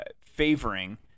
favoring